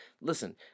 Listen